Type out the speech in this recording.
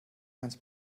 ganz